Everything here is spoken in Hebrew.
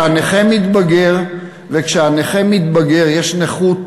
ויש נכות